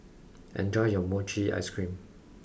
enjoy your mochi ice cream